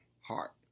heart